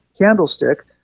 candlestick